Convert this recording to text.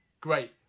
great